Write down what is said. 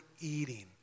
eating